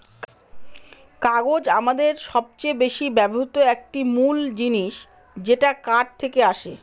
কাগজ আমাদের সবচেয়ে বেশি ব্যবহৃত একটি মূল জিনিস যেটা কাঠ থেকে আসে